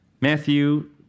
Matthew